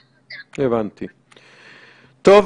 טוב.